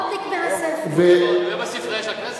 הוא מופיע בספרייה של הכנסת?